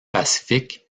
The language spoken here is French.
pacifique